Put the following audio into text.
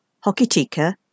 HOKITIKA